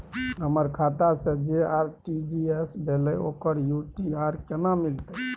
हमर खाता से जे आर.टी.जी एस भेलै ओकर यू.टी.आर केना मिलतै?